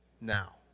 now